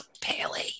Paley